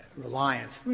reliance.